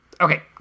Okay